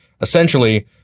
essentially –